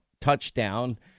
touchdown